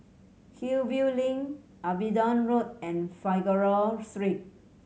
Hillview Link Abingdon Road and Figaro Street